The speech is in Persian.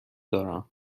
دارم